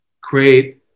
create